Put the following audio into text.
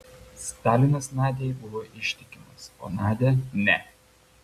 stalinas nadiai buvo ištikimas o nadia ne